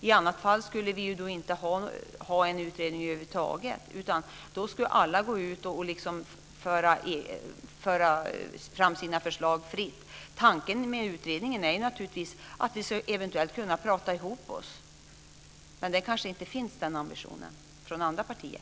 I annat fall skulle vi inte ha någon utredning över huvud taget utan alla skulle fritt föra fram sina förslag. Tanken med utredningen är naturligtvis att vi eventuellt ska kunna prata ihop oss. Men den ambitionen kanske inte finns i andra partier.